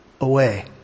away